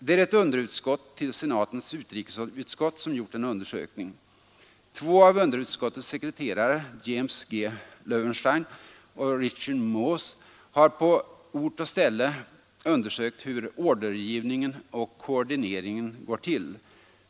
Det är ett underutskott till senatens utrikesutskott som gjort en undersökning. Två av underutskottets sekreterare, James G. Löwenstein och Richard Moose, har på ort och ställe undersökt hur ordergivningen och koordineringen går till.